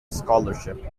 scholarship